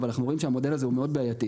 אבל אנחנו רואים שהמודל הזה הוא מאוד בעייתי.